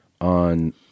on